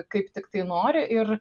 kaip tiktai nori ir